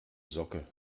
socke